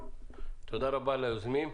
תודה רבה ליוזמים.